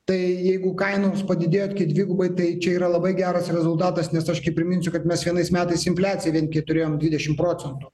tai jeigu kainos padidėjo dvigubai tai čia yra labai geras rezultatas nes aš tik priminsiu kad mes vienais metais infliaciją vien kai turėjom dvidešim procentų